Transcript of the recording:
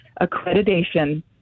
accreditation